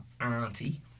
auntie